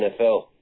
NFL